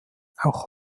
auch